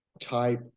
type